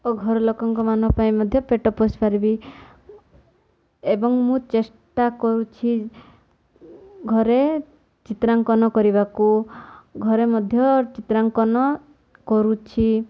ଓ ଘର ଲୋକଙ୍କମାନଙ୍କ ପାଇଁ ମଧ୍ୟ ପେଟ ପୋଷି ପାରିବି ଏବଂ ମୁଁ ଚେଷ୍ଟା କରୁଛି ଘରେ ଚିତ୍ରାଙ୍କନ କରିବାକୁ ଘରେ ମଧ୍ୟ ଚିତ୍ରାଙ୍କନ କରୁଛି